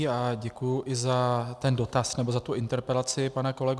A děkuju i za ten dotaz, nebo za tu interpelaci, pane kolego.